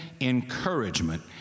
encouragement